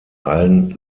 allen